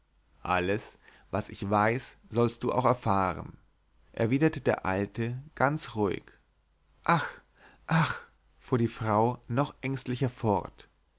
alles was ich weiß sollst du auch erfahren erwiderte der alte ganz ruhig ach ach fuhr die frau noch ängstlicher fort